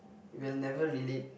will never relate